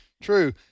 True